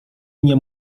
nie